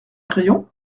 crayon